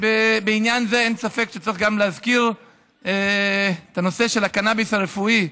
בעניין זה אין ספק שצריך להזכיר את הנושא של הקנאביס הרפואי,